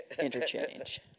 interchange